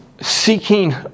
seeking